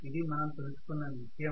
ఇది మనం తెలుసుకున్న విషయం